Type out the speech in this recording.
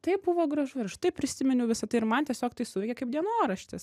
tai buvo gražu ir aš tai prisiminiau visa tai ir man tiesiog tai suveikia kaip dienoraštis